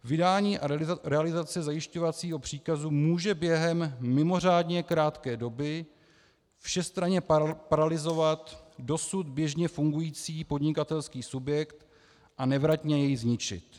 Vydání a realizace zajišťovacího příkazu může během mimořádně krátké doby všestranně paralyzovat dosud běžně fungující podnikatelský subjekt a nevratně jej zničit.